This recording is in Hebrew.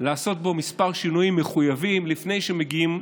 לעשות בו כמה שינויים מחויבים לפני שמגיעים